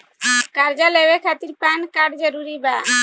कर्जा लेवे खातिर पैन कार्ड जरूरी बा?